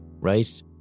right